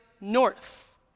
north